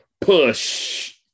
Push